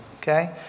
Okay